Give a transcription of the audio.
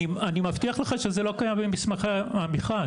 אני מבטיח לך שזה לא קיים במסמכי המכרז.